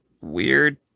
weird